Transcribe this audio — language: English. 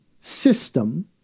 system